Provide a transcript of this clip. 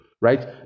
right